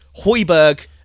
Hoiberg